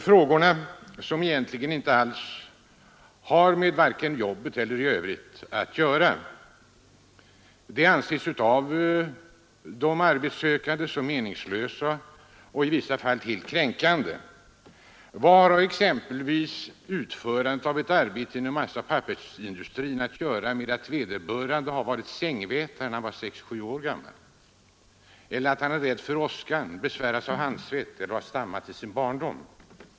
Frågorna, som således inte alls har med jobbet att göra, anses av de arbetssökande som meningslösa och i vissa fall helt kränkande. Vad har exempelvis utförandet av ett arbete inom massaoch pappersindustrin att göra med att vederbörande har varit sängvätare när han var sex—sju år gammal eller att han är rädd för åskan, besväras av handsvett eller har stammat i sin barndom?